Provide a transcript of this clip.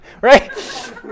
right